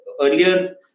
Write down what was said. earlier